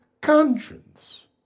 conscience